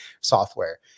software